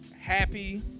Happy